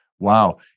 Wow